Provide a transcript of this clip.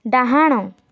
ଡାହାଣ